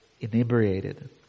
inebriated